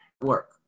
Work